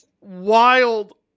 Wild